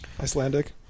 Icelandic